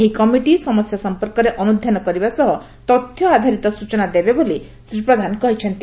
ଏହି କମିଟି ସମସ୍ ସମ୍ପର୍କରେ ଅନୁଧ୍ ନ କରିବା ସହ ତଥ୍ୟ ଆଧାରିତ ସ୍ଚନା ଦେବେ ବୋଲି ଶ୍ରୀ ପ୍ରଧାନ କହିଛନ୍ତି